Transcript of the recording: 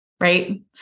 right